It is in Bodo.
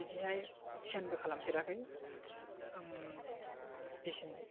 बिदिहाय ध्यानबो खालामफेराखै आं एसेनो